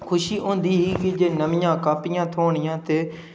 खुशी होंदी ही जे नमियां कापियां थ्होनियां ते